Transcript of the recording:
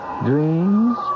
dreams